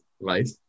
life